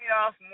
off